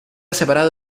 separada